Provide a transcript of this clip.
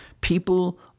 People